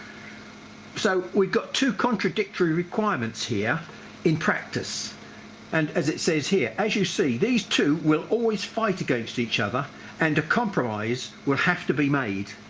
so we've got two contradictory requirements here in practice and as it says here as you see these two will always fight against each other and a compromise will have to be made.